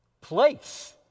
place